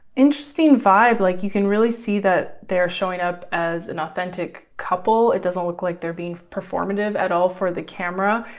interesting vibe. like you can really see that they're showing up as an authentic couple. it doesn't look like they're being performative at all for the camera.